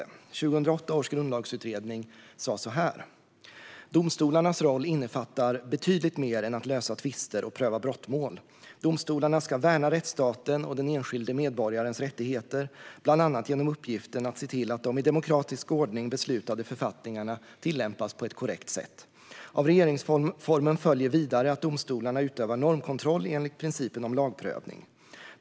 I 2008 års grundlagsutredning sägs följande: "Domstolarnas roll innefattar betydligt mer än att lösa tvister och pröva brottmål. Domstolarna ska värna rättsstaten och den enskilde medborgarens rättigheter bl.a. genom uppgiften att se till att de i demokratisk ordning beslutade författningarna tillämpas på ett korrekt sätt. Av regeringsformen följer vidare att domstolarna utövar normkontroll enligt principen om lagprövning -.